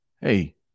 Hey